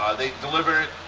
they delivered,